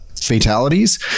fatalities